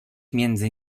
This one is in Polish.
między